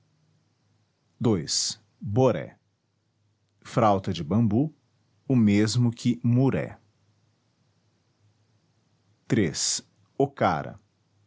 ii boré frauta de bambu o mesmo que muré iii ocara